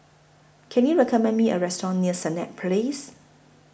Can YOU recommend Me A Restaurant near Senett Place